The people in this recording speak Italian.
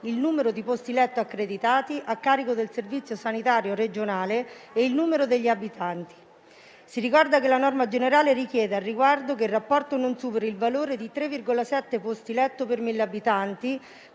il numero di posti-letto accreditati a carico del Servizio sanitario regionale e il numero degli abitanti. Si ricorda che la norma generale richiede, al riguardo, che il rapporto non superi il valore di 3,7 posti-letto per mille abitanti,